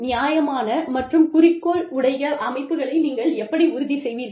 நியாயமான மற்றும் குறிக்கோள் உடைய அமைப்புகளை நீங்கள் எப்படி உறுதி செய்வீர்கள்